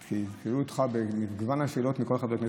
התקילו אותך במגוון שאלות מכל חברי הכנסת,